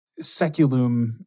seculum